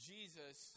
Jesus